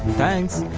thanks